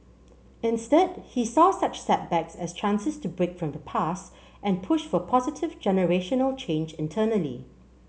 instead he saw such setbacks as chances to break from the past and push for positive generational change internally